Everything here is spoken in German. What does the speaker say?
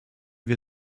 wir